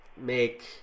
make